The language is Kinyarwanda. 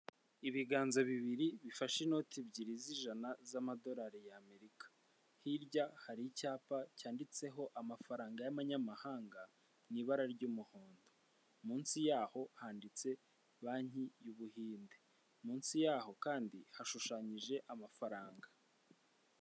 Inzu y'ubucuruzi m'ibara ry'ubururu, umuhondo yanditseho amagambo rebanoni hoteli utuyira tunyurwa mo n'abanyamaguru ibidukikije birimo indabo ndetse ibara ry'umukara n'umweru.